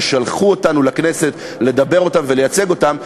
ששלחו אותנו לכנסת לדבר ולייצג אותם,